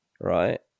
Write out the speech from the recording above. right